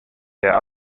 der